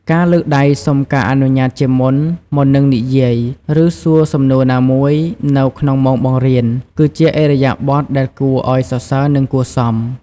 ការ លើកដៃសុំការអនុញ្ញាតជាមុន មុននឹងនិយាយ ឬសួរសំណួរណាមួយនៅក្នុងម៉ោងបង្រៀន គឺជាឥរិយាបថដែលគួរឱ្យសរសើរ និងគួរសម។